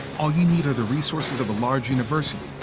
all you need are the resources of a large university,